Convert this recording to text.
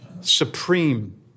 supreme